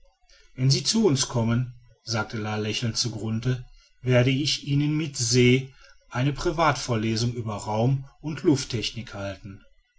wenn sie zu uns kommen sagte la lächelnd zu grunthe werde ich ihnen mit se eine privatvorlesung über raum und lufttechnik halten